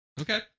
Okay